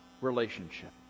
relationship